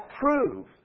prove